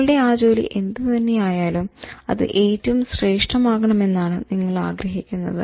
നിങ്ങളുടെ ആ ജോലി എന്ത് തന്നെ ആയാലും അത് ഏറ്റവും ശ്രേഷ്ടമാകണമെന്നാണ് നിങ്ങൾ ആഗ്രഹിക്കുന്നത്